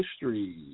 history